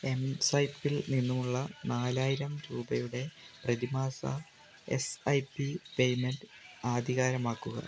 എംസ്വൈപ്പിൽ നിന്നുമുള്ള നാലായിരം രൂപയുടെ പ്രതിമാസ എസ് ഐ പി പേയ്മെൻറ്റ് ആധികാരമാക്കുക